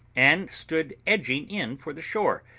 and stood edging in for the shore,